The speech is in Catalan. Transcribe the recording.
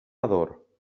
ador